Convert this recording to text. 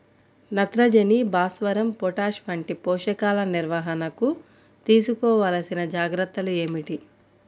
నత్రజని, భాస్వరం, పొటాష్ వంటి పోషకాల నిర్వహణకు తీసుకోవలసిన జాగ్రత్తలు ఏమిటీ?